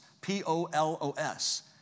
P-O-L-O-S